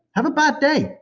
have a bad day.